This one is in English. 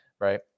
right